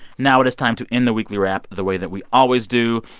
now it is time to end the weekly wrap the way that we always do.